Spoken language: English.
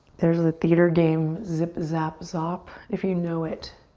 there's a theater game, zip, zap, zop, if you know it.